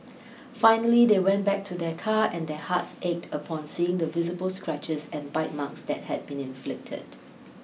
finally they went back to their car and their hearts ached upon seeing the visible scratches and bite marks that had been inflicted